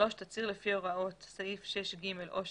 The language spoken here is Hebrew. תצהיר לפי הוראות סעיף 6(ג) או 6א(א1)